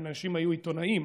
אנשים היו עיתונאים,